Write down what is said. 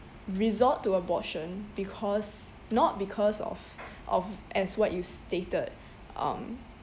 resort to abortion because not because of of as what you stated um